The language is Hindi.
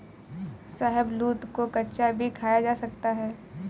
शाहबलूत को कच्चा भी खाया जा सकता है